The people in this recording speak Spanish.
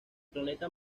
planeta